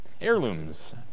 Heirlooms